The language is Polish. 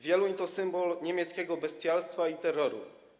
Wieluń to symbol niemieckiego bestialstwa i terroru.